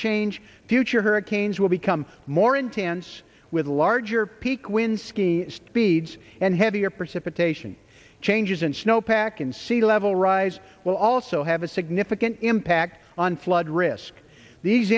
change future hurricanes will become more intense with a larger peak when ski speeds and heavier pursue potations changes in snowpack and sea level rise will also have a significant impact on flood risk these